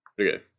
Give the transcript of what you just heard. Okay